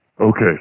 Okay